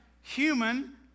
human